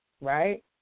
right